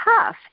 tough